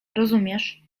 rozumiesz